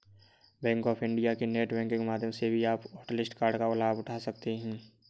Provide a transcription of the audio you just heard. bank of India के net banking माध्यम से भी आप हॉटलिस्ट कार्ड का लाभ उठा सकते हैं